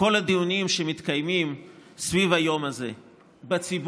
בכל הדיונים שמתקיימים סביב היום הזה בציבור,